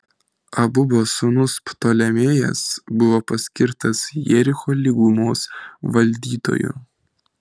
abubo sūnus ptolemėjas buvo paskirtas jericho lygumos valdytoju